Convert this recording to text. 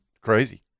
crazy